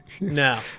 No